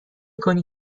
کنی